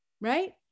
right